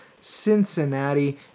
Cincinnati